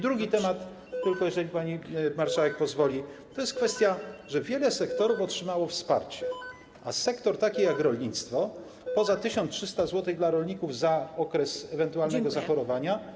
Drugi temat, tylko jeżeli pani marszałek pozwoli, to jest kwestia tego, że wiele sektorów otrzymało wsparcie, a sektor taki jak rolnictwo poza 1300 zł dla rolników za okres ewentualnego zachorowania, nie.